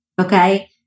Okay